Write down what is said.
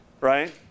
right